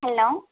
hello